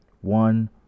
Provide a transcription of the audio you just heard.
one